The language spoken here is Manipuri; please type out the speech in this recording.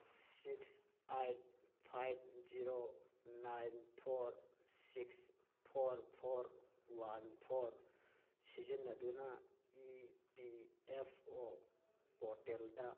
six eight five zero nine four six four four one four ꯁꯤꯖꯤꯟꯅꯗꯨꯅ ꯏ ꯄꯤ ꯑꯦꯐ ꯑꯣ ꯄꯣꯔꯇꯦꯜꯗ